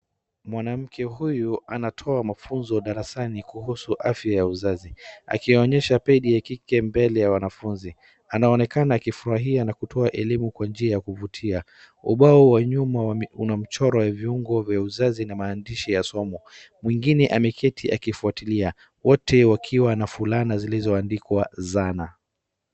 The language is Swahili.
Mwanamke huyu anatoa mafunzo darasani kuhusu afya ya uzazi. Akionyesha pedi ya kike mbele ya wanafunzi. Anaonekana akifurahia na kutoa elimu kwa njia ya kuvutia. Ubao wa nyuma unamchoro wa viungo vya uzazi na maandishi ya somo. Mwingine ameketi akifuatilia wote wakiwa na fulana zilizo andikwa Zana.